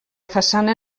façana